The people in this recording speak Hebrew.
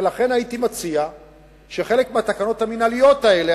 לכן הייתי מציע שחלק מהתקנות המינהליות האלה,